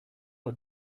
aux